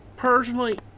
Personally